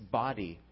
body